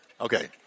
Okay